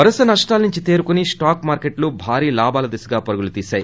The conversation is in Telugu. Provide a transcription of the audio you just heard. వరుస నష్టాల నుంచి తేరుకుని స్వాక్ మార్కెట్లు భారీ లాభాల దిశగా పరుగులు తీస్తున్నాయి